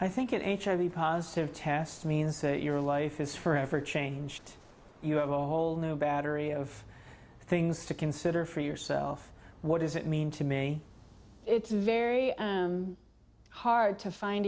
i think it hiv positive test means that your life is forever changed you have a whole new battery of things to consider for yourself what does it mean to me it's very hard to find